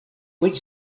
which